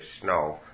snow